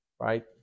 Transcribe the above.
Right